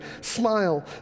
smile